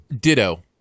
ditto